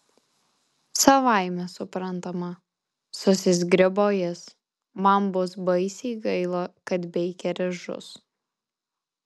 savaime suprantama susizgribo jis man bus baisiai gaila kad beikeris žus